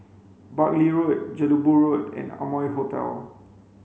Buckley Road Jelebu Road and Amoy Hotel